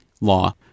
law